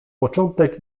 początek